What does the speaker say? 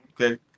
okay